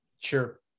sure